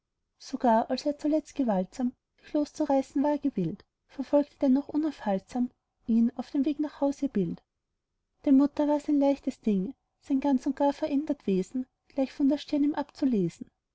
sogar als er zuletzt gewaltsam sich loszureißen war gewillt verfolgte dennoch unaufhaltsam ihn auf dem weg nach haus ihr bild der mutter war's ein leichtes ding sein ganz und gar verändert wesen gleich von der stirn ihm abzulesen